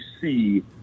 see